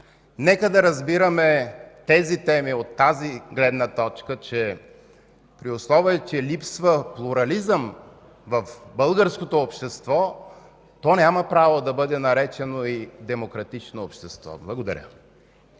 Нека да разбираме тези теми от тази гледна точка, че, при условие че липсва плурализъм в българското общество, то няма право да бъде наречено и демократично общество. Благодаря.